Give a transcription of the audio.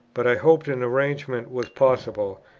but i hoped an arrangement was possible,